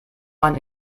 eine